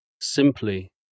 simply